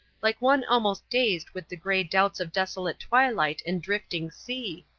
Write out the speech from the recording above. like one almost dazed with the grey doubts of desolate twilight and drifting sea.